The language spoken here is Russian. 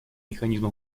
механизма